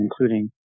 including